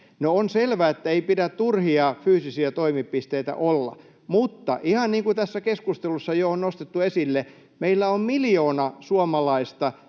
on selvää, että ei pidä turhia fyysisiä toimipisteitä olla, mutta ihan niin kuin tässä keskustelussa on jo nostettu esille, meillä on miljoona suomalaista,